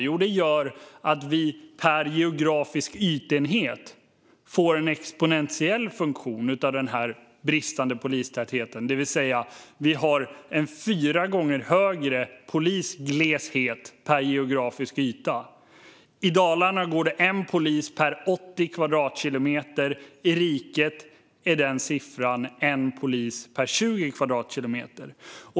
Jo, det innebär att vi per geografisk ytenhet får en exponentiell funktion av den bristande polistätheten. Det vill säga att vi har en fyra gånger högre polisgleshet per geografisk yta. I Dalarna går det en polis på 80 kvadratkilometer. I riket är den siffran en polis på 20 kvadratkilometer.